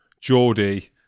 Geordie